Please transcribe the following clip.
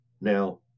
Now